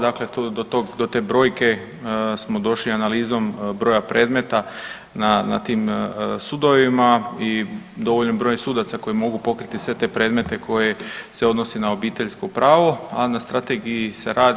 Dakle, do te brojke smo došli analizom broja predmeta na tim sudovima i dovoljan broj sudaca koji mogu pokriti sve te predmete koji se odnose na obiteljsko pravo, a na strategiji se radi.